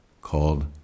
called